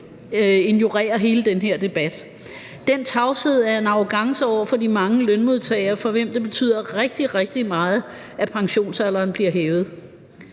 ignorerer hele den her debat. Den tavshed er en arrogance over for de mange lønmodtagere, for hvem det betyder rigtig, rigtig meget, at pensionsalderen bliver hævet.